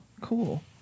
Cool